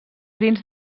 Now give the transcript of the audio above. dins